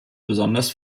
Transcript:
besonders